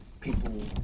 people